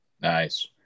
Nice